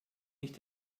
nicht